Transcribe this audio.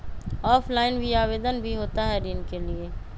Offline भी आवेदन भी होता है ऋण के लिए?